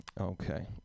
Okay